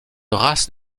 race